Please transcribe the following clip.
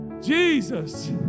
Jesus